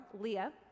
Leah